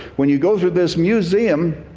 when you go through this museum,